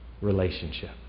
relationship